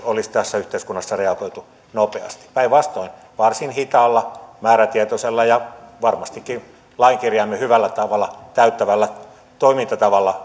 olisi tässä yhteiskunnassa reagoitu nopeasti päinvastoin varsin hitaalla määrätietoisella ja varmastikin lain kirjaimen hyvällä tavalla täyttävällä toimintatavalla